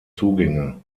zugänge